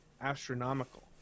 astronomical